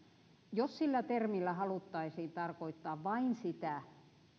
jos sillä termillä haluttaisiin tarkoittaa vain sitä